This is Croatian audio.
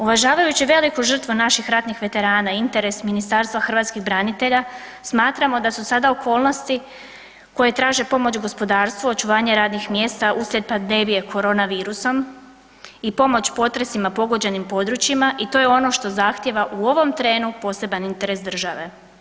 Uvažavajući veliku žrtvu naših ratnih veterana interes Ministarstva hrvatskih branitelja smatramo da su sada okolnosti koje traže pomoć gospodarstvu, očuvanje radnih mjesta uslijed pandemije koronavirusom i pomoć potresima pogođenim područjima i to je ono što zahtijeva u ovom trenu poseban interes države.